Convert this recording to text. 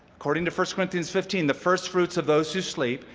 according to first corinthians fifteen, the firstfruits of those who sleep.